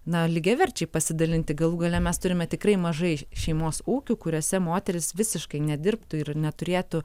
na lygiaverčiai pasidalinti galų gale mes turime tikrai mažai šeimos ūkių kuriuose moteris visiškai nedirbtų ir neturėtų